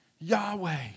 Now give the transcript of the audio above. Yahweh